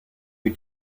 you